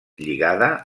lligada